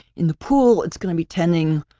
in the pool, it's going to be tending,